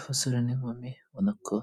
Abasore n'inkumi ubona ko